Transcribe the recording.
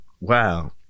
wow